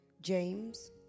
James